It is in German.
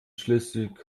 schleswig